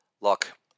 Look